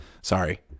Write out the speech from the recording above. sorry